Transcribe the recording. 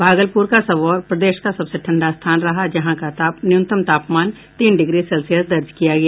भागलपुर का सबौर प्रदेश का सबसे ठंडा स्थान रहा जहां का न्यूनतम तापमान तीन डिग्री सेल्सियस दर्ज किया गया